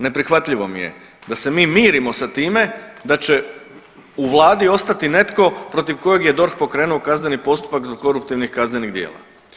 Neprihvatljivo mi je da se mi mirimo sa time da će u vladi ostati netko protiv kojeg je DORH pokrenuo kazneni postupak zbog koruptivnih kaznenih djela.